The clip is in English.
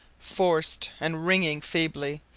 forced and ringing feebly,